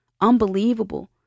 unbelievable